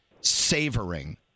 savoring